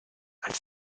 als